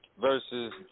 versus